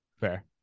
Fair